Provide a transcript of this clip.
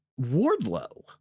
Wardlow